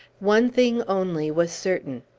one thing, only, was certain.